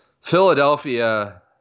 Philadelphia